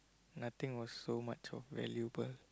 nothing was so much of valuable